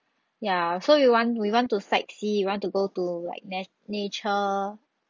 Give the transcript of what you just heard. ya so we want we want to sightsee we want to go to like nat~ nature